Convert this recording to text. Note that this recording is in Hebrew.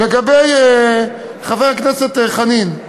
לגבי חבר הכנסת חנין,